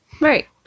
right